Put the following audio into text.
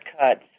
cuts